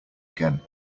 again